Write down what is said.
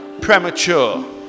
premature